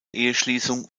eheschließung